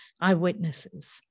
eyewitnesses